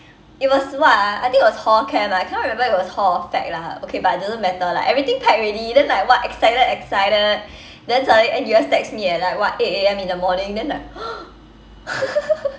it was what ah I think it was hall camp ah I cannot remember if it was hall or fac lah ha okay but it doesn't matter like everything packed already then like what excited excited then suddenly N_U_S text me at like what eight A_M in the morning then like